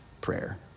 prayer